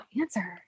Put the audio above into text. answer